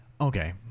Okay